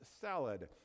salad